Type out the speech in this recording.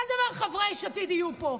כל דבר, חברי יש עתיד יהיו פה.